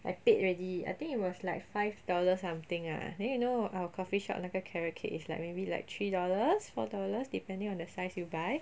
I paid already I think it was like five dollars something ah then you know our coffeeshop 那个 carrot cake is like maybe like three dollars four dollars depending on the size you buy